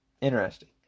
interesting